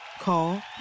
Call